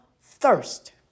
thirst